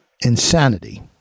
insanity